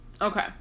Okay